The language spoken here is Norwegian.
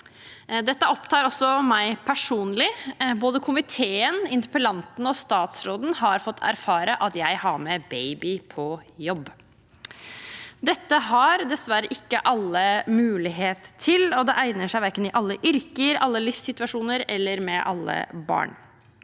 Dette opptar også meg personlig. Både komiteen, interpellanten og statsråden har fått erfare at jeg har med en baby på jobb. Det har dessverre ikke alle mulighet til, og det egner seg verken i alle yrker, i alle livssituasjoner eller med alle barn.